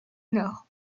nord